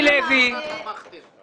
לצערנו שר הדתות נפטר,